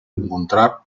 encontrar